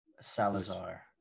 Salazar